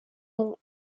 ont